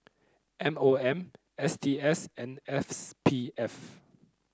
M O M S T S and S P F